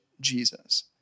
Jesus